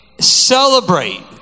Celebrate